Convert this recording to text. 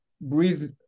breathe